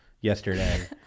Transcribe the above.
yesterday